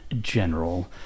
general